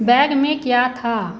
bag में क्या था